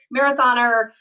marathoner